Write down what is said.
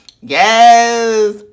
yes